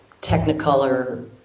technicolor